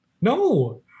No